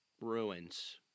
ruins